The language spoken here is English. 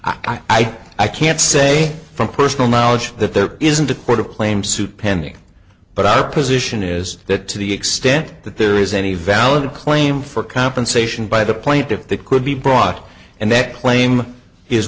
i i can't say from personal knowledge that there isn't a court of claims suit pending but our position is that to the extent that there is any valid claim for compensation by the plaintiff that could be brought and that claim is